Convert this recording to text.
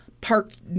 parked